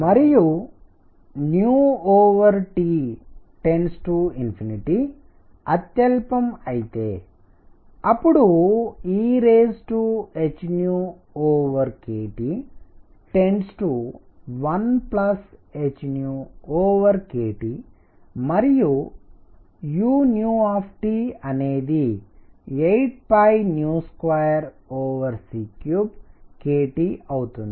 మరియు T అత్యల్పం అయితే అప్పుడు ehkT1hkT మరియు uఅనేది 82c3kT అవుతుంది